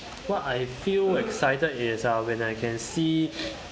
what I feel excited is uh when I can see